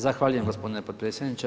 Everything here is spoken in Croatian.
Zahvaljujem gospodine potpredsjedniče.